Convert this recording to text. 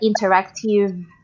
interactive